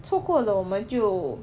错过了我们就